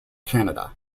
canada